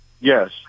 Yes